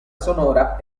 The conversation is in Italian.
sonora